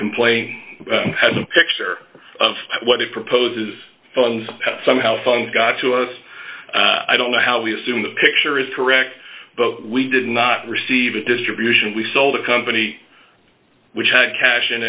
complaining has a picture of what it proposes somehow func got to us i don't know how we assume the picture is correct but we did not receive a distribution we sold a company which had cash in